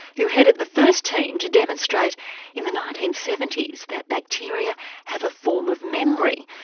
who headed the first team to demonstrate in the nineteen seventy s that bacteria have a form of memory.